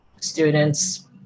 students